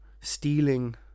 stealing